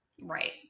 Right